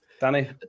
Danny